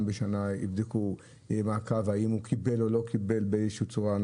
בשנה יבדקו מעקב האם הוא קיבל או לא קיבל באיזושהי צורה.